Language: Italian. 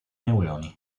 neuroni